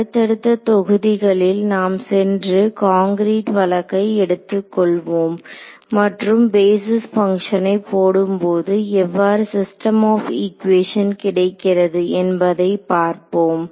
அடுத்தடுத்த தொகுதிகளில் நாம் சென்று காங்கிரீட் வழக்கை எடுத்துக் கொள்வோம் மற்றும் பேஸிஸ் பங்ஷனை போடும்போது எவ்வாறு சிஸ்டம் ஆப் ஈக்குவேஷன் கிடைக்கிறது என்பதை பார்ப்போம்